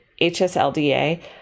HSLDA